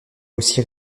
aussi